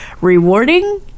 rewarding